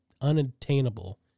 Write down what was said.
unattainable